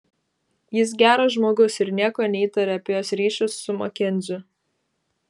jis geras žmogus ir nieko neįtaria apie jos ryšius su makenziu